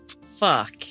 Fuck